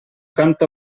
canta